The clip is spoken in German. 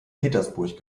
petersburg